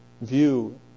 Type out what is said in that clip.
view